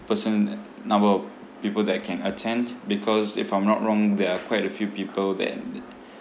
person uh number of people that can attend because if I'm not wrong there are quite a few people that